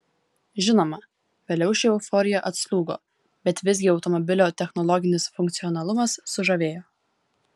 žinoma vėliau ši euforija atslūgo bet visgi automobilio technologinis funkcionalumas sužavėjo